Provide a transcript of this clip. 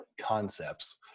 concepts